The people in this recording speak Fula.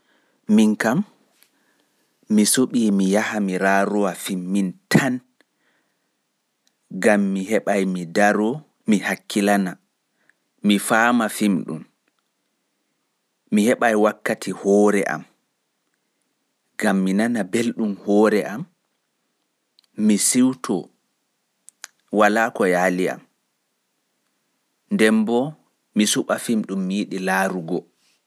Ndikka mi raarowa film mintan gam mi heɓa mi daro mi hakkilana mi faama film ɗun. Mi heɓai wakkati hoore am gam mi nana ɓelɗun hoore am.